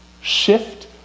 shift